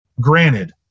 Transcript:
granted